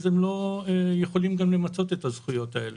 אז הם לא יכולים גם למצות את הזכויות האלה.